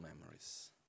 memories